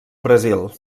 brasil